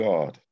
God